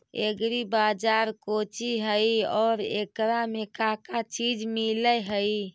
Agri बाजार कोची हई और एकरा में का का चीज मिलै हई?